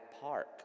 Park